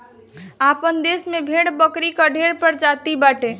आपन देस में भेड़ बकरी कअ ढेर प्रजाति बाटे